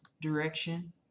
direction